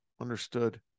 Understood